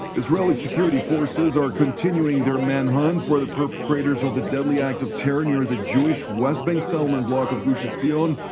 israeli security forces are continuing their manhunt for the perpetrators of the deadly act of terror near the jewish west bank settlement bloc of gush etzion,